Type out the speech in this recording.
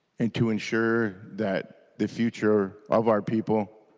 and to ensure that the future of our people